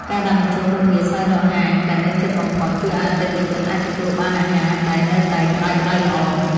ការដាក់បញ្ចូលមុខងារស្វែងរកហាងដែលនៅជិតបំផុត ជួយឱ្យអតិថិជនអាចទទួលបានអាហារដែលនៅតែក្តៅៗល្អ។